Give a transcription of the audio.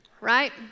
right